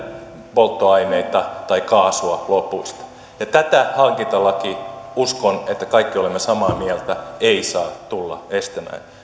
polttoaineita tai kaasua lopuista ja tätä hankintalaki uskon että kaikki olemme samaa mieltä ei saa tulla estämään